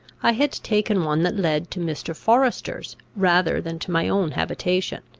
i had taken one that led to mr. forester's rather than to my own habitation.